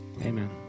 amen